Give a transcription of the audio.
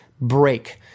break